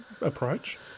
approach